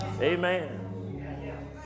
Amen